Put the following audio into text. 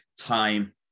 time